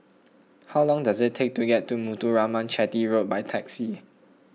how long does it take to get to Muthuraman Chetty Road by taxi